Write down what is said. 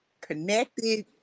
connected